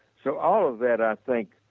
so, all of that, i think,